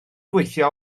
gweithio